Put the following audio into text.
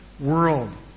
world